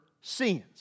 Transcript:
sins